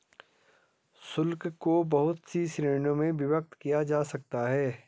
शुल्क को बहुत सी श्रीणियों में विभक्त किया जा सकता है